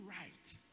right